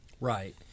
right